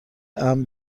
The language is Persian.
امن